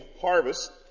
harvest